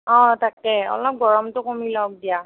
অঁ তাকে অলপ গৰমটো কমি লওক দিয়া